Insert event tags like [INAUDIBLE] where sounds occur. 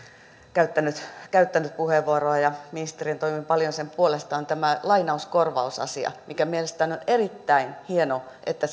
käyttänyt käyttänyt puheenvuoroja ja ministerinä toimin paljon sen puolesta ja se on tämä lainauskorvausasia mielestäni on erittäin hienoa että [UNINTELLIGIBLE]